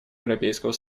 европейского